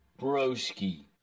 Broski